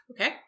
Okay